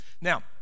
now